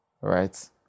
right